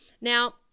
Now